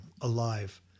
Alive